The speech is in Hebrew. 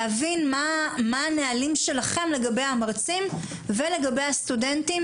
להבין מה הנהלים שלכם לגבי המרצים ולגבי הסטודנטים,